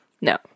No